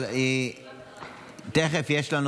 אבל תכף יש לנו